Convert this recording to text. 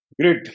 Great